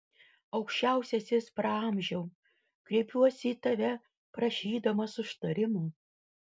aukščiausiasis praamžiau kreipiuosi į tave prašydamas užtarimo